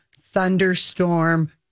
thunderstorm